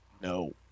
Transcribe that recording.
no